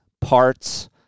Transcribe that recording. parts